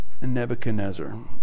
Nebuchadnezzar